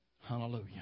Hallelujah